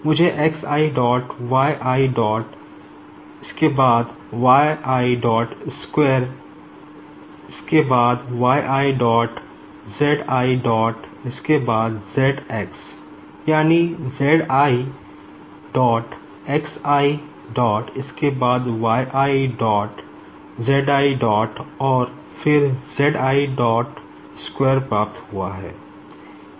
मुझे x i dot y i dot उसके बाद y i dot square उसके बाद y i dot z i dot उसके बाद zx यानी z i dot x i dot उसके बाद y i dot z i dot और फिर z i dot square प्राप्त हुआ है